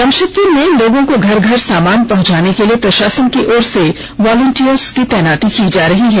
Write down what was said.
जमषेदपुर में लोगों को घर घर सामान पहुंचाने के लिए प्रषासन की ओर से वॉलेंटियर्स की तैनाती की जा रही है